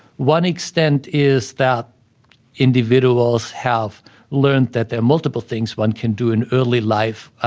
one extent is that individuals have learned that there are multiple things one can do in early life.